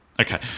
Okay